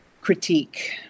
critique